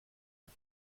but